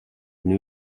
new